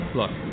look